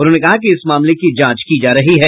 उन्होंने कहा कि इस मामले की जांच की जा रही है